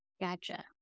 gotcha